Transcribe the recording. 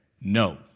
no